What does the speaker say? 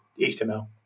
HTML